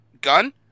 gun